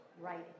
writing